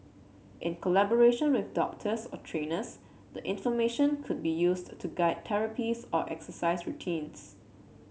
in collaboration with doctors or trainers the information could be used to guide therapies or exercise routines